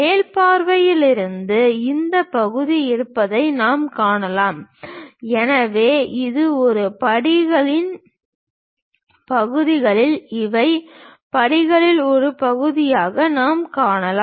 மேல் பார்வையில் இருந்து இந்த பகுதி இருப்பதை நாம் காணலாம் எனவே இது ஒரு படிகளின் பகுதிகள் இவை படிகளின் ஒரு பகுதியாக நாம் காணலாம்